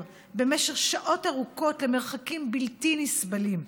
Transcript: במשך שעות ארוכות למרחקים בלתי נסבלים,